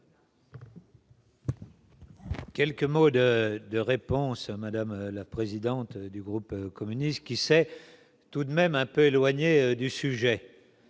Quelques mots de de réponse à madame la présidente du groupe communiste, qui s'est tout de même un peu éloigné du sujet.